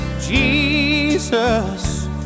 Jesus